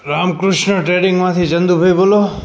રામકૃષ્ણ ટેડિંગમાંથી ચંદુભઈ બોલો